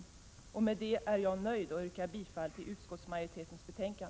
Med detta är jag nöjd och yrkar bifall till utskottsmajoritetens hemställan.